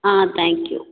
ah thank you